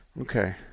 Okay